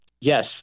yes